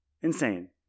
Insane